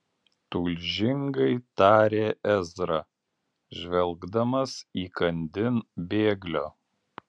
tulžingai tarė ezra žvelgdamas įkandin bėglio